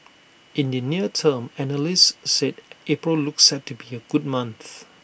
in the near term analysts said April looks set to be A good month